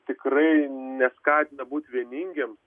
tikrai neskatina būt vieningiems